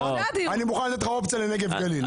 אני מוכן לתת לך אופציה לנגב גליל.